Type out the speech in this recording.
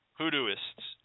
hoodooists